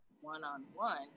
one-on-one